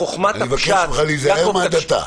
בחוכמת הפשט --- אני מבקש ממך להיזהר מהדתה.